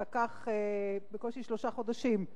שלקח בקושי שלושה חודשים,